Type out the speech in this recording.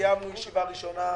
קיימנו ישיבה ראשונה.